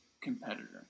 competitor